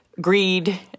greed